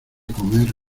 comer